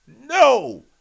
No